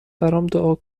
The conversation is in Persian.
دعا